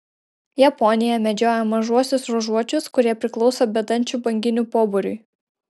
japonija medžioja mažuosiuos ruožuočius kurie priklauso bedančių banginių pobūriui